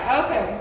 okay